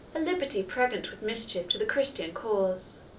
a liberty pregnant with mischief to the christian cause